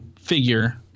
figure